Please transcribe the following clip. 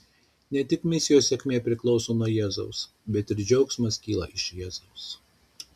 ne tik misijos sėkmė priklauso nuo jėzaus bet ir džiaugsmas kyla iš jėzaus